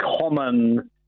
common